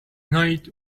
night